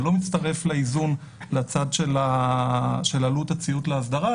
זה לא מצטרף לאיזון לצד של עלות הציות לאסדרה,